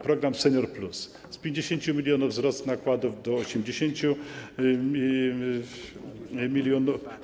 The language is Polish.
Program „Senior+” - z 50 mln wzrost nakładów do 80 mln.